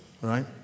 right